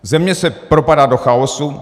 Země se propadá do chaosu.